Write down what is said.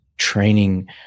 training